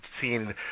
seen